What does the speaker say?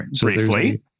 briefly